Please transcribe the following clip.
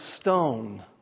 stone